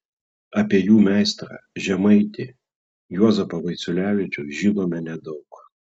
apie jų meistrą žemaitį juozapą vaiciulevičių žinome nedaug